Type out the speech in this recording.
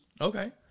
Okay